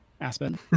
Aspen